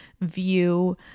view